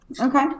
Okay